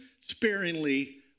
sparingly